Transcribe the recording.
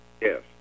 Yes